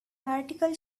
article